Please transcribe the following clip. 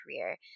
career